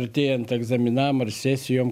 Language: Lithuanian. artėjant egzaminam ar sesijom